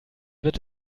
wird